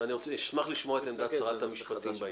ואני אשמח לשמוע את עמדת שרת המשפטים בעניין.